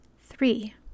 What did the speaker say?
Three